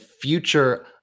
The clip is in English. future